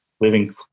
living